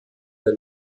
der